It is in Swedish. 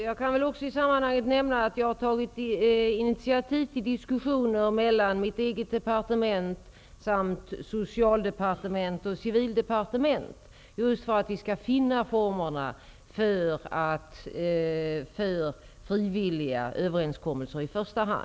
Herr talman! Jag kan i sammanhanget nämna att jag har tagit initiativ till diskussioner mellan mitt eget departement, socialdepartement och civildepartement. Avsikten är just att vi skall finna formerna för i första hand frivilliga överenskommelser.